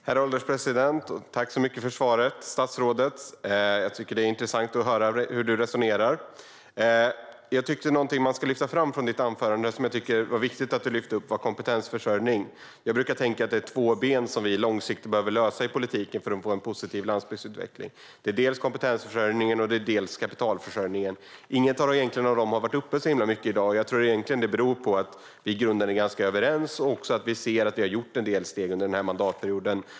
Herr ålderspresident! Tack så mycket för svaret, statsrådet! Jag tycker att det är intressant att höra hur du resonerar. Någonting från ditt anförande som jag tycker att man ska lyfta fram och som jag tycker var viktigt var att du tog upp kompetensförsörjning. Jag brukar tänka att det är två ben vi långsiktigt behöver lösa i politiken för att få en positiv landsbygdsutveckling: dels kompetensförsörjningen, dels kapitalförsörjningen. Ingen av dessa frågor har varit uppe särskilt mycket i dag, och jag tror egentligen att det beror på att vi i grunden är ganska överens. Vi ser också att det har tagits en del steg under den här mandatperioden.